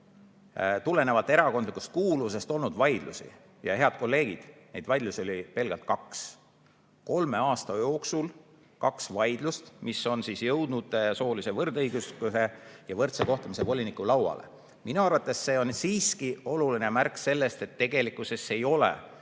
tulenevalt erakondlikust kuuluvusest olnud vaidlusi. Ja, head kolleegid, neid vaidlusi on olnud pelgalt kaks. Kolme aasta jooksul kaks vaidlust, mis on jõudnud soolise võrdõiguslikkuse ja võrdse kohtlemise voliniku lauale. Minu arvates see on siiski oluline märk sellest, et tegelikkuses ei ole